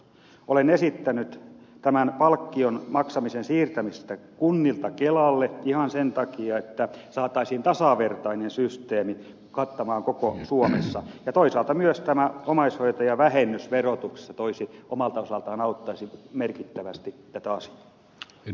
olen esittänyt tämän palkkion maksamisen siirtämistä kunnilta kelalle ihan sen takia että saataisiin tasavertainen systeemi kattamaan koko suomi ja toisaalta myös omaishoitajavähennys verotuksessa omalta osaltaan auttaisi merkittävästi tätä asiaa